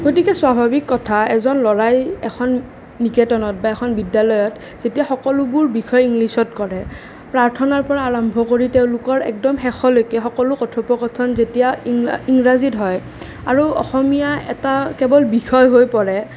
গতিকে স্বাভাৱিক কথা এজন ল'ৰাই এখন নিকেতনত বা এখন বিদ্যালয়ত যেতিয়া সকলোবোৰ বিষয় ইংলিছত কৰে প্ৰাৰ্থনাৰ পৰা আৰম্ভ কৰি তেওঁলোকৰ একদম শেষলৈকে সকলো কথোপকথন যেতিয়া ইংৰাজীত হয় আৰু অসমীয়া এটা কেৱল বিষয় হৈ পৰে